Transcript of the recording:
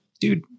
dude